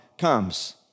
comes